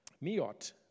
miot